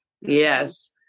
Yes